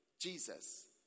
Jesus